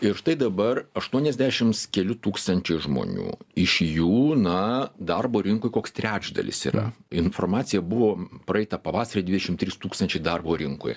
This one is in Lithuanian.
ir štai dabar aštuoniasdešimts kelių tūkstančių žmonių iš jų na darbo rinkoj koks trečdalis yra informacija buvo praeitą pavasarį dvidešimt trys tūkstančiai darbo rinkoj